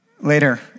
later